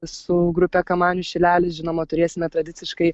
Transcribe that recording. su grupe kamanių šilelis žinoma turėsime tradiciškai